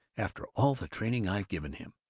after all the training i've given him.